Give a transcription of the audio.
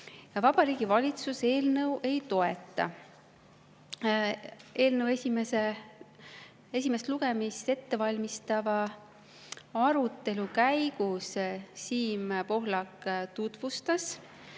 Vabariigi Valitsus eelnõu ei toeta. Eelnõu esimest lugemist ettevalmistava arutelu käigus tutvustas